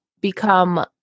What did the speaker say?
become